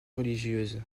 religieuse